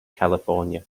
california